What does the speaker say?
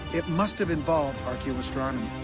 it must have involved archaeoastronomy,